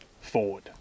forward